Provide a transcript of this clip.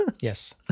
yes